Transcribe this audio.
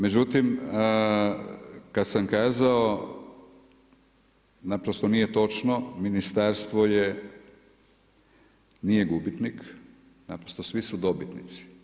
Međutim, kad sam kazao, naprosto nije točno Ministarstvo je, nije gubitnik, naprosto svi su dobitnici.